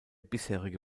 bisherige